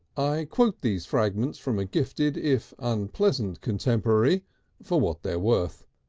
i quote these fragments from a gifted, if unpleasant, contemporary for what they are worth.